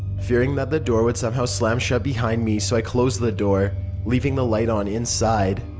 fearing that the door would somehow slam shut behind me so i closed the door leaving the light on inside.